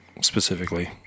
specifically